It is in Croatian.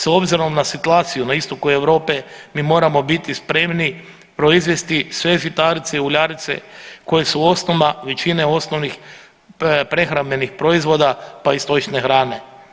S obzirom na situaciju na istoku Europe mi moramo biti spremni proizvesti sve žitarice uljarice koje su osnova većine osnovnih prehrambenih proizvoda, pa i stočne hrane.